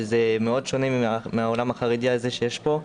שזה שונה מאוד מן העולם החרדי שיש בישראל,